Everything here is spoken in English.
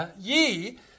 ye